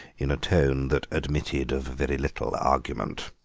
in a tone that admitted of very little argument.